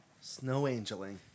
Snow-angeling